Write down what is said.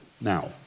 Now